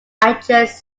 address